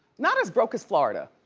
not as broke as florida.